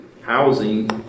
housing